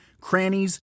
crannies